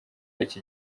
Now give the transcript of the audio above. iki